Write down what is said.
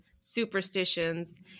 superstitions